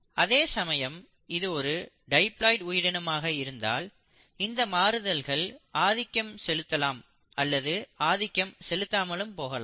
அதே சமயம் இது ஒரு டைபிலாய்டு உயிரினமாக இருந்தால் இந்த மாறுதல்கள் ஆதிக்கம் செலுத்தலாம் அல்லது ஆதிக்கம் செலுத்தாமலும் போகலாம்